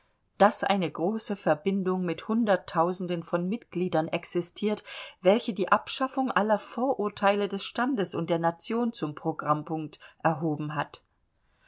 daß eine große verbindung mit hunderttausenden von mitgliedern existiert welche die abschaffung aller vorurteile des standes und der nation zum programmpunkt erhoben hat